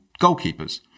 goalkeepers